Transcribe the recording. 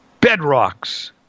bedrocks